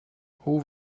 hoe